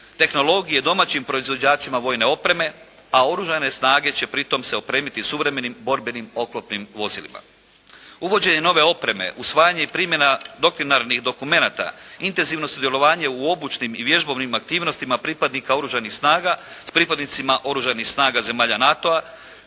tehnologije domaćim proizvođačima vojne opreme a oružane snage će pri tome se opremiti suvremenim borbenim oklopnim vozilima. Uvođenje nove opreme, usvajanje i primjena …/Govornik se ne razumije./… dokumenata, intenzivno sudjelovanje u obučnim i vježbovnim aktivnostima pripadnika oružanih snaga sa pripadnicima Oružanih snaga zemalja NATO-a,